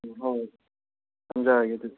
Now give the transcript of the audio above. ꯍꯣꯏ ꯍꯣꯏ ꯊꯝꯖꯔꯒꯦ ꯑꯗꯨꯗꯤ